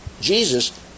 Jesus